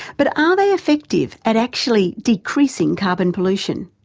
but are they effective at actually decreasing carbon pollution?